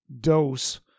dose